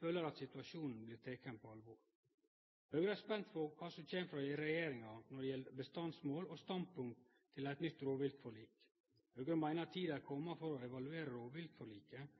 føler at situasjonen blir teken på alvor. Høgre er spent på kva som kjem frå regjeringa når det gjeld bestandsmål og standpunkt til eit nytt rovviltforlik. Høgre meiner at tida er komen for å evaluere